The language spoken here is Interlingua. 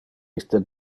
iste